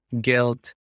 guilt